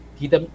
kita